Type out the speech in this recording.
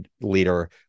leader